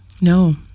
No